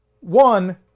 One